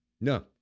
No